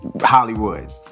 Hollywood